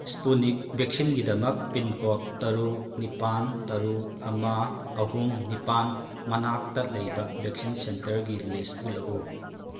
ꯏꯁꯄꯨꯅꯤꯛ ꯚꯦꯛꯁꯤꯟꯒꯤꯗꯃꯛ pin code ꯇꯔꯨꯛ ꯅꯤꯄꯥꯟ ꯇꯔꯨꯛ ꯑꯃ ꯑꯍꯨꯝ ꯅꯤꯄꯥꯟ ꯃꯅꯥꯛꯇ ꯂꯩꯕ ꯚꯦꯛꯁꯤꯟ ꯁꯦꯟꯇꯔꯒꯤ ꯂꯤꯁ ꯎꯠꯂꯛꯎ